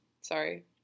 sorry